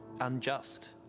Unjust